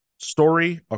story